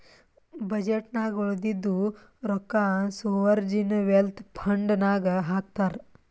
budget ನಾಗ್ ಉಳದಿದ್ದು ರೊಕ್ಕಾ ಸೋವರ್ಜೀನ್ ವೆಲ್ತ್ ಫಂಡ್ ನಾಗ್ ಹಾಕ್ತಾರ್